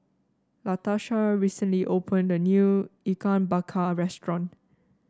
Latarsha recently opened a new Ikan Bakar restaurant